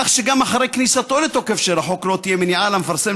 כך שגם אחרי כניסתו לתוקף של החוק לא תהיה מניעה למפרסם